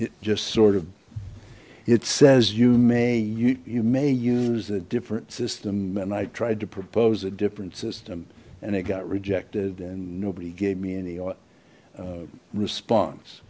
it just sort of it says you may you may use a different system and i tried to propose a different system and it got rejected and no he gave me any response